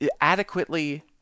Adequately